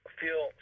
feel